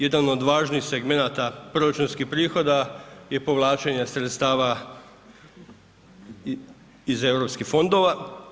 Jedan od važnih segmenata proračunskih prihoda je povlačenje sredstava iz europskih fondova.